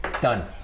done